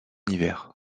hiver